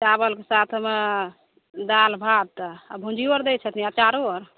चाबलके साथमे दालि भात आ भुजियो आर दै छथिन अचारो आर